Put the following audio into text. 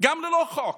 גם ללא חוק.